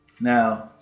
Now